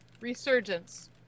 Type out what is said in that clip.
resurgence